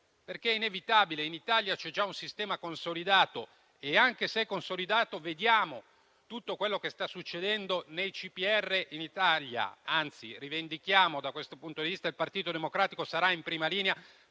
perché è inevitabile: in Italia c'è già un sistema consolidato e, ciononostante, vediamo tutto quello che sta succedendo nei CPR in Italia. Anzi rivendichiamo da questo punto di vista il fatto che il Partito Democratico sarà in prima linea